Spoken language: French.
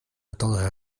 attendre